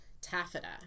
taffeta